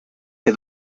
que